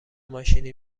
ماشینی